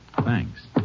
Thanks